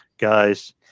guys